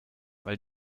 weil